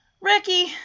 Ricky